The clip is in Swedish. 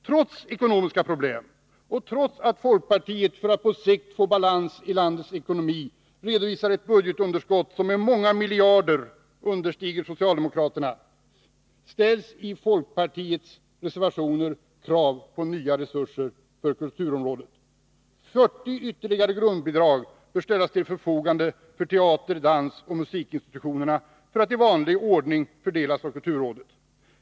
Trots ekonomiska problem och trots att folkpartiet för att på sikt få balans i landets ekonomi redovisar ett budgetunderskott som med många miljarder understiger socialdemokraternas, ställs i folkpartiets reservation krav på nya resurser för kulturområdet. 40 ytterligare grundbidrag bör ställas till förfogande för teater-, dansoch musikinstitutioner för att i vanlig ordning fördelas av kulturrådet.